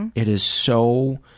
and it is so